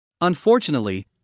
Unfortunately